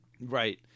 Right